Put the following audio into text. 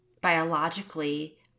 biologically